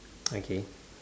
okay